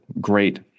great